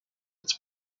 its